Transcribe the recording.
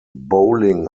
bowling